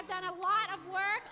have done a lot of work